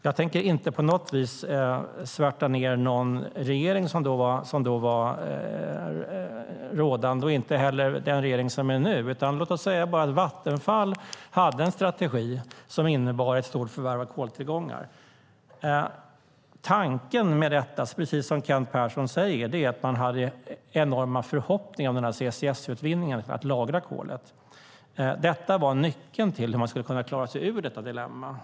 Jag tänker inte på något vis svärta ned den regering som var ansvarig då och inte heller den nuvarande regeringen, utan låt oss säga att Vattenfall hade en strategi som innebar ett stort förvärv av koltillgångar. Tanken med detta var, precis som Kent Persson sade, att man hade enorma förhoppningar på CCS-utvinningen, att lagra kolet. Detta var nyckeln till hur man skulle kunna klara sig ur detta dilemma.